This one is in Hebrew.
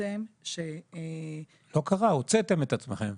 שבעצם --- לא קרה, הוצאתם את עצמכם.